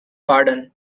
pardon